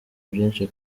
byinshi